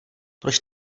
proč